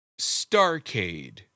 Starcade